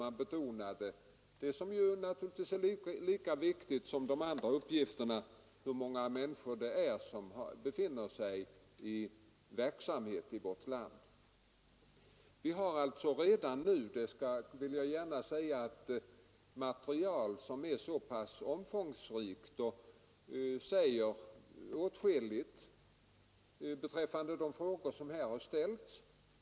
Man har uppgivit — och det är naturligtvis lika viktigt som övriga uppgifter — hur många människor som är yrkesverksamma i vårt land. Jag vill alltså betona att vi redan nu har ett omfångsrikt material som säger åtskilligt om de frågor som rests.